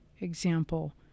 example